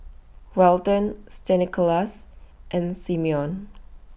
Welton Stanislaus and Simeon